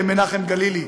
למנחם גלילי,